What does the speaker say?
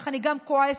אך אני גם כועסת.